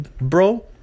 bro